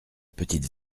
petite